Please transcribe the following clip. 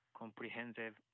comprehensive